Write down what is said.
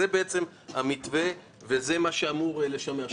זה בעצם המתווה וזה מה שאמור לשמר.